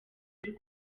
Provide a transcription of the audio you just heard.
y’u